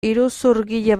iruzurgile